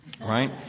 right